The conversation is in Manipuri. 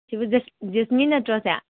ꯖꯦꯁꯃꯤꯟ ꯅꯠꯇ꯭ꯔꯣ ꯁꯦ